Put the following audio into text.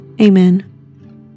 Amen